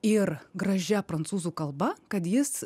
ir gražia prancūzų kalba kad jis